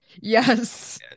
Yes